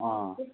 अँ